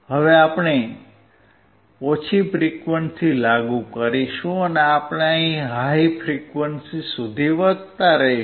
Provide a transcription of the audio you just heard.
હવે આપણે ઓછી ફ્રીક્વંસી લાગુ કરીશું અને આપણે હાઇ ફ્રીક્વંસી સુધી વધતા રહીશું